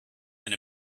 and